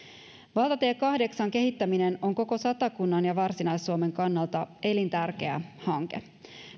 valtatie kahdeksan kehittäminen on koko satakunnan ja varsinais suomen kannalta elintärkeä hanke